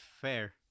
Fair